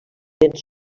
dens